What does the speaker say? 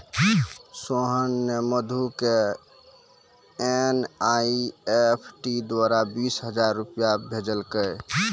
सोहन ने मधु क एन.ई.एफ.टी द्वारा बीस हजार रूपया भेजलकय